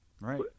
Right